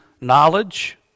knowledge